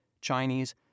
Chinese